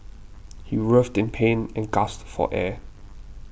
he writhed in pain and gasped for air